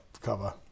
cover